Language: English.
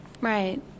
Right